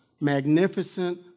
magnificent